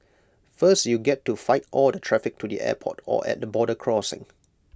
first you get to fight all the traffic to the airport or at the border crossing